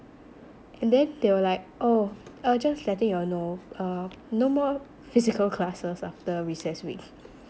and then they were like oh I'm just letting y'all know uh no more physical classes after recess week